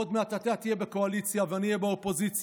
ועוד מעט אתה תהיה בקואליציה ואני אהיה באופוזיציה,